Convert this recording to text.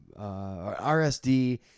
RSD